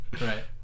right